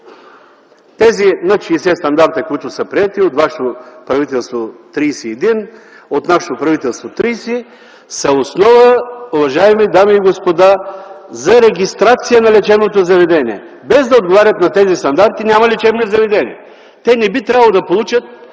Тези над 60 стандарта, които са приети - 31 от вашето правителство, от нашето правителство 30, са основа, уважаеми дами и господа, за регистрация на лечебното заведение. Без да отговарят на тези стандарти, няма лечебни заведения. Те не би трябвало да получат